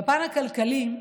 בפן הכלכלי,